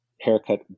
haircut